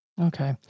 Okay